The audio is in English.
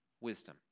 wisdom